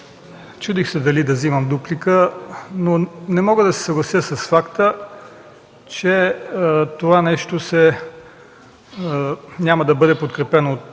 чудех се дали да взема дуплика, но не мога да се съглася с факта, че това нещо няма да бъде подкрепено от